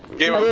give